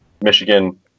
Michigan